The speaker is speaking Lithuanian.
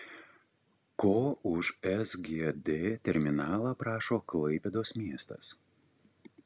ko už sgd terminalą prašo klaipėdos miestas